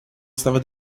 estava